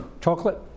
Chocolate